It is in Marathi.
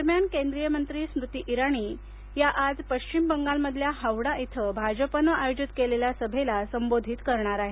दरम्यान केंद्रीय मंत्री स्मृती इराणी या आज पश्चिम बंगालमधल्या हावडा इथं भाजपनं आयोजित केलेल्या सभेला संबोधित करणार आहेत